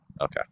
Okay